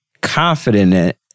confident